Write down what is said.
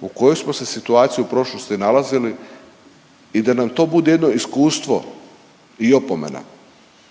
u koju smo se situaciji u prošlosti nalazili i da nam to bude jedno iskustvo i opomena,